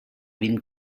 vint